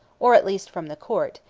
or at least from the court,